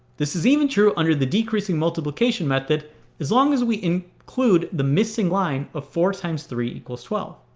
this is even true under the decreasing multiplication method as long as we include the missing line of four times three equals twelve.